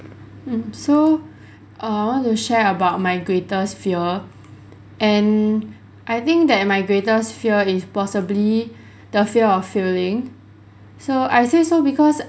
mm so err I want to share about my greatest fear and I think that my greatest fear is possibly the fear of failing so I say so because